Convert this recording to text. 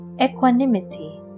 equanimity